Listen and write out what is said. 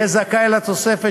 יהיה זכאי לתוספת